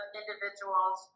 individuals